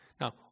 Now